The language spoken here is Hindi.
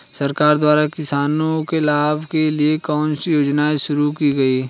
सरकार द्वारा किसानों के लाभ के लिए कौन सी योजनाएँ शुरू की गईं?